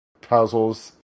puzzles